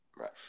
Right